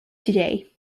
today